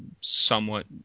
somewhat